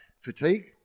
fatigue